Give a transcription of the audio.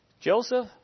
Joseph